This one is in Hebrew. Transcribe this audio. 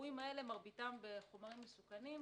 האירועים האלה מרביתם בחומרים מסוכנים,